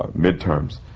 midterms.